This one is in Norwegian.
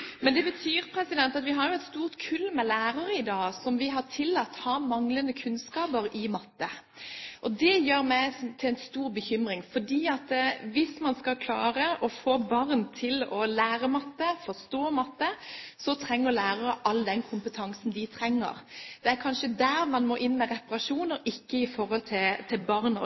Vi har i dag et stort kull med lærere som vi har tillatt å ha manglende kunnskaper i matte. Det er en stor bekymring hos meg, for hvis man skal klare å få barn til å lære matte, forstå matte, så må lærerne få all den kompetansen de trenger. Det er kanskje der man må inn med reparasjoner, ikke i forhold til